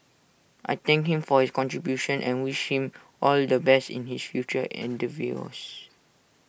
I thank him for his contributions and wish him all the best in his future endeavours